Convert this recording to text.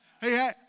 Hey